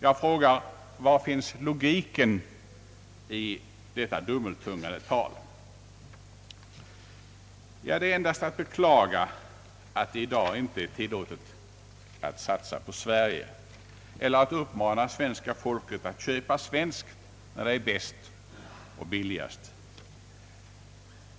Jag frågar: Var finns logiken i detta dubbeltungade tal? Det är endast att beklaga att det i dag inte är tillåtet att satsa på Sverige eller uppmana svenska folket att köpa svenskt när det är bäst och billigast.